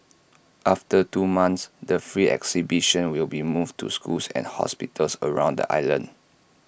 after two months the free exhibition will be moved to schools and hospitals around the island